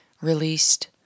released